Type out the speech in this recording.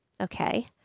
Okay